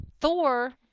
Thor